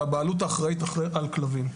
והבעלות האחראית על כלבים.